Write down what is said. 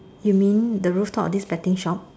you mean the rooftop of this betting shop